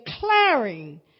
declaring